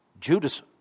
Judas